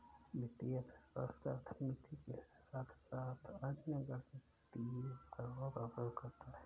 वित्तीय अर्थशास्त्र अर्थमिति के साथ साथ अन्य गणितीय उपकरणों का उपयोग करता है